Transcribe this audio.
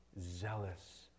zealous